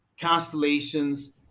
constellations